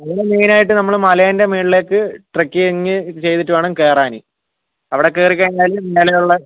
അവിടെ മെയിനായിട്ട് നമ്മൾ മലേൻ്റെ മുകളിലേക്ക് ട്രക്കിങ്ങ് ചെയ്തിട്ട് വേണം കയറാൻ അവിടെ കയറിക്കഴിഞ്ഞാൽ മേലെയുള്ളത്